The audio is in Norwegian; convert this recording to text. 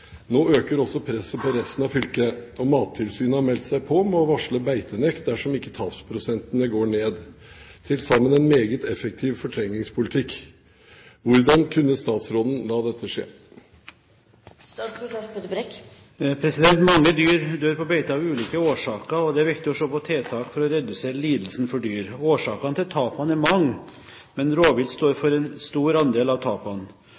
Nå øker også presset på resten av fylket, og Mattilsynet har meldt seg på med å varsle beitenekt dersom ikke tapsprosentene går ned – til sammen en meget effektiv fortrengingspolitikk. Hvordan kunne statsråden la dette skje?» Mange dyr dør på beite av ulike årsaker, og det er viktig å se på tiltak for å redusere lidelsen for dyr. Årsaken til tapene er mange, men rovvilt står for en stor andel av tapene. Sykdom, skader og andre årsaker er med på å gjøre tapene